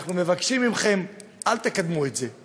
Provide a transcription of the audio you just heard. אנחנו מבקשים מכם, אל תקדמו את זה.